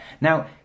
Now